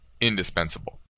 indispensable